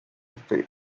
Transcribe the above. faith